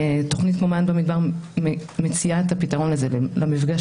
תוכנית "מעיין במדבר" מציעה את הפתרון לזה במפגש